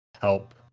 help